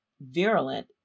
virulent